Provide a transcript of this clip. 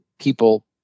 people